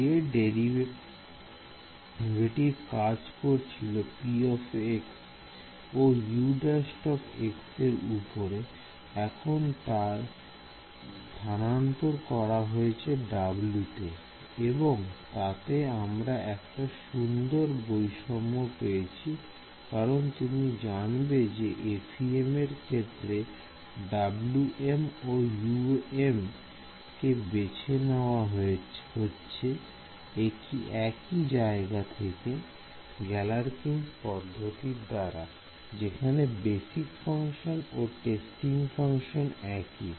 যে ডেরিভেটিভটি কাজ করছিল p ও U′ এর উপরে এখন তার স্থানান্তর করা হয়েছে W তে এবং তাতে আমরা একটা সুন্দর বৈষম্য পেয়েছি কারণ তুমি জানবে যে FEM এর ক্ষেত্রে Wm ও Um কে বেছে নেওয়া হচ্ছে একি জায়গা থেকে গ্যালারকিনস পদ্ধতির দ্বারা যেখানে বেসিক ফাংশন ও টেস্টিং ফাংশন একই